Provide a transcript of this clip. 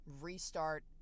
restart